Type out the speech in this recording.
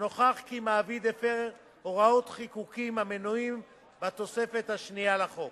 שנוכח כי מעביד הפר הוראות חיקוקים המנויות בתוספת השנייה לחוק.